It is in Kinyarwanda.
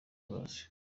paccy